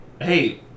hey